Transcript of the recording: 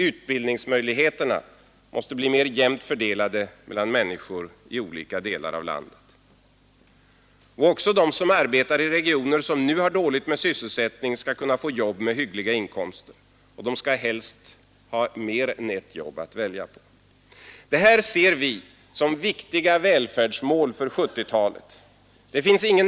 Utbildningsmöjligheterna måste bli mer jämnt fördelade mellan människor i olika delar av landet. Också de som arbetar i regioner som nu har dåligt med sysselsättning skall kunna få jobb med hyggliga inkomster, och de skall helst ha mer än ett jobb att välja på.